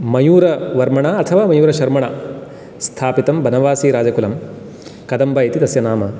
मयूरवर्मणा अथवा मयूरशर्मणा स्थापितं बनवासिराजकुलं कदम्ब इति तस्य नाम